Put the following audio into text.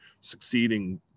succeeding